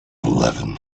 eleven